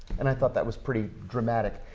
and i thought that was pretty dramatic.